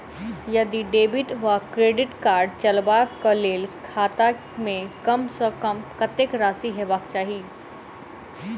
यदि डेबिट वा credit card चलबाक कऽ लेल खाता मे कम सऽ कम कत्तेक राशि हेबाक चाहि?